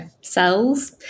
cells